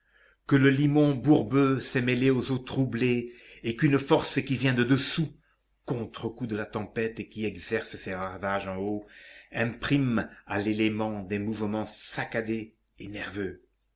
que le limon bourbeux s'est mêlé aux eaux troublées et qu'une force qui vient de dessous contrecoup de la tempête qui exerce ses ravages en haut imprime à l'élément des mouvements saccadés et nerveux